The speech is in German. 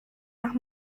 nach